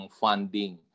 funding